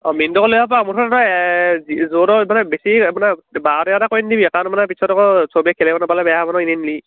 অঁ মিণ্টুকো লৈ আহিব পাৰ মুঠতে তই য'ৰ ত'ৰ মানে বেছি মানে বাৰ তেৰটা কৰি নিদিবি কাৰণ মানে পিছত আক' চবেই খেলিব নাপালে বেয়া হ'ব নহয় এনেই নিলি